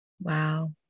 Wow